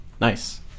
Nice